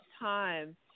time